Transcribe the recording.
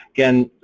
again,